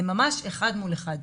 זה ממש אחד מול אחד.